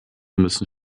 müssen